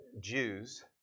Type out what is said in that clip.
Jews